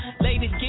Ladies